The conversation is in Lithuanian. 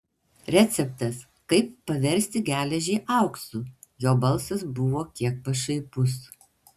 receptas kaip paversti geležį auksu jo balsas buvo kiek pašaipus